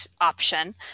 option